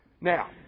Now